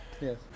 Yes